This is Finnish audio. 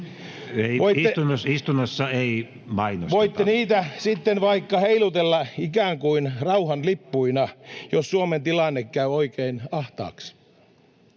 VKK-t-paidat. Voitte niitä sitten vaikka heilutella ikään kuin rauhanlippuina, jos Suomen tilanne käy oikein ahtaaksi.